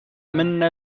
منا